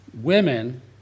women